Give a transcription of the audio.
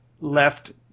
left